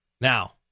Now